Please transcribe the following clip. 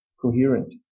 coherent